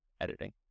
editing